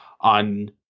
on